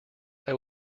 that